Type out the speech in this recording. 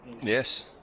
Yes